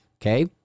Okay